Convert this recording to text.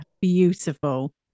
Beautiful